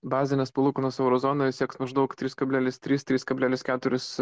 bazinės palūkanos euro zonoje sieks maždaug trys kablelis trys trys kablelis keturis